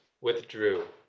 withdrew